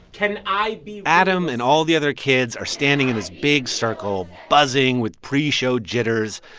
can i be. adam and all the other kids are standing in this big circle, buzzing with pre-show jitters.